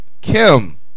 Kim